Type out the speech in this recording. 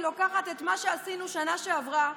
היא לוקחת את מה שעשינו שנה שעברה,